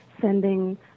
sending